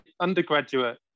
undergraduate